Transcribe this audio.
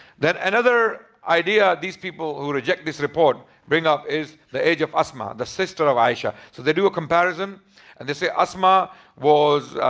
then another idea these people who reject this report bring up is the age of asma, the sister of aisha. so they do a comparison and they say asma was